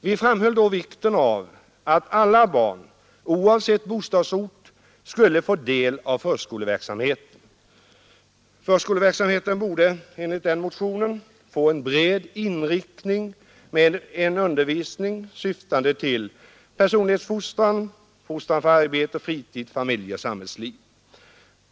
Vi framhöll då vikten av att alla barn, oavsett bostadsort, skulle få del av förskoleverksamheten. Enligt denna motion borde förskoleverksamheten få en bred inriktning, med en undervisning syftande till personlighetsfostran, fostran för arbete och fritid, familjeoch samhällsliv.